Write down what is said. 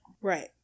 Right